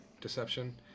Deception